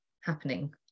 happening